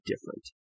different